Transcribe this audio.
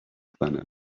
planet